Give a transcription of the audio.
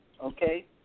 Okay